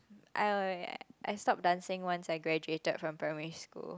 I know right I stopped dancing once I graduated from primary school